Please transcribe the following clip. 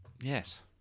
Yes